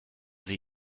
sie